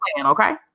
okay